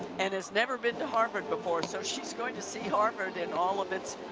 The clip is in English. and has never been to harvard before so she's going to see harvard in all of its